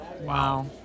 Wow